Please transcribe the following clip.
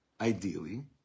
Ideally